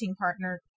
partner